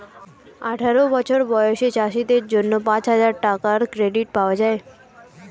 আঠারো বছর বয়সী চাষীদের জন্য পাঁচহাজার টাকার ক্রেডিট পাওয়া যায়